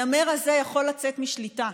הנמר הזה יכול לצאת משליטה,